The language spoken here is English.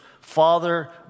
Father